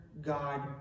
God